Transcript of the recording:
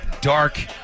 dark